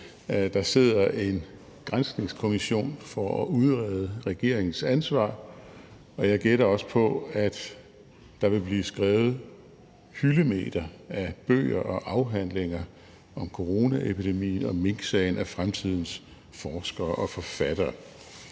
Der sidder en granskningskommission, der skal udrede regeringens ansvar, og jeg gætter også på, at der vil blive skrevet hyldemeter af bøger og afhandlinger om coronaepidemien og minksagen af fremtidens forskere og forfattere.